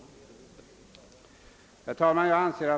Herr talman!